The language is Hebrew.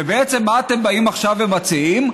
ובעצם מה אתם באים עכשיו ומציעים?